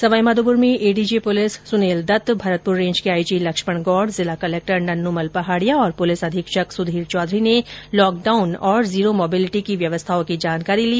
सवाईमाधोपुर में ADG police Sunil Dutt Bharatpur range के IG Lakshman Gaur जिला कलेक्टर नन्नूमल पहाड़िया और पुलिस अधीक्षक सुधीर चौधरी ने लॉकडाउन और जीरो माबिलिटी की व्यवस्थाओं की जानकारी ली